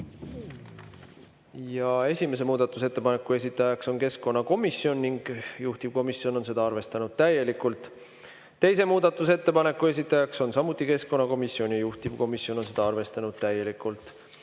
Esimese muudatusettepaneku esitaja on keskkonnakomisjon ning juhtivkomisjon on seda arvestanud täielikult. Teise muudatusettepaneku esitaja on samuti keskkonnakomisjon, juhtivkomisjon on seda arvestanud täielikult.